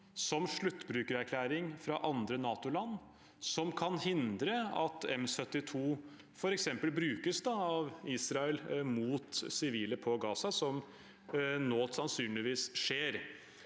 som sluttbrukererklæring fra andre NATO-land, som kan hindre at M72 f.eks. brukes av Israel mot sivile i Gaza, som nå sannsynligvis skjer.